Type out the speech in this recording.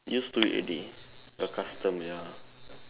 used to it already accustomed ya